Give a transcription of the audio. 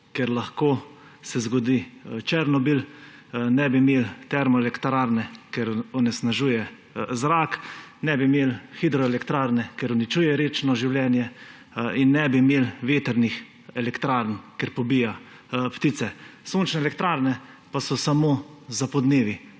ker lahko se zgodi Černobil, ne bi imeli termoelektrarne, ker onesnažuje zrak, ne bi imeli hidroelektrarne, ker uničuje rečno življenje, in ne bi imeli vetrnih elektrarn, ker pobijajo ptice. Sončne elektrarne pa so samo za podnevi.